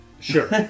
Sure